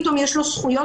פתאום יש לו זכויות?